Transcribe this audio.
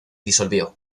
disolvió